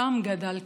שם גדלתי,